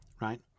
right